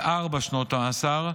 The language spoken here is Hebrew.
לארבע שנות מאסר.